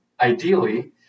ideally